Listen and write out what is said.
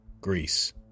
Greece